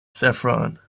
saffron